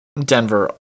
Denver